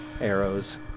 arrows